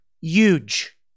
huge